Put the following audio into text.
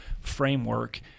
framework